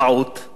זו שגיאה